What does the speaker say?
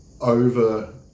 over